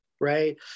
right